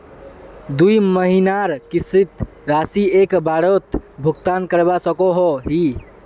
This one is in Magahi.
दुई महीनार किस्त राशि एक बारोत भुगतान करवा सकोहो ही?